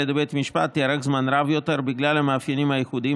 על ידי בית המשפט תארך זמן רב יותר בגלל המאפיינים הייחודיים